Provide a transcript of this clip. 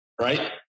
right